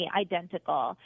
identical